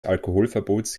alkoholverbots